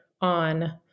on